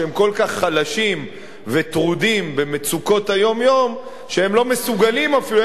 שהם כל כך חלשים וטרודים במצוקות היום-יום שהם לא מסוגלים אפילו,